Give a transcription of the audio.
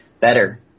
better